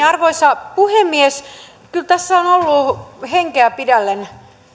arvoisa puhemies kyllä tässä on pitänyt henkeä pidätellen